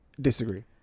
Disagree